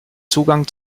zugang